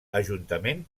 ajuntament